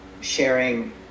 sharing